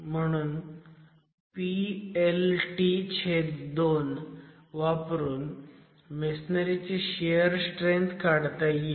म्हणून Plt2 वापरून masonry ची शियर स्ट्रेंथ काढता येईल